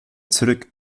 zurück